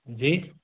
जी